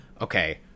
okay